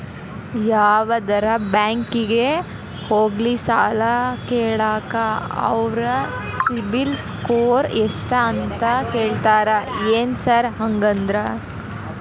ಯಾವದರಾ ಬ್ಯಾಂಕಿಗೆ ಹೋಗ್ಲಿ ಸಾಲ ಕೇಳಾಕ ಅವ್ರ್ ಸಿಬಿಲ್ ಸ್ಕೋರ್ ಎಷ್ಟ ಅಂತಾ ಕೇಳ್ತಾರ ಏನ್ ಸಾರ್ ಹಂಗಂದ್ರ?